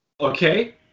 Okay